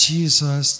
Jesus